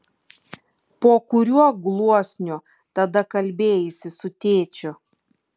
po kuriuo gluosniu tada kalbėjaisi su tėčiu